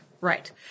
Right